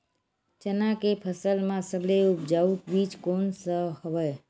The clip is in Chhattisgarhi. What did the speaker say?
चना के फसल म सबले उपजाऊ बीज कोन स हवय?